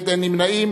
נמנעים.